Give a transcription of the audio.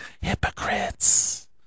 hypocrites